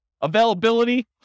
Availability